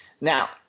Now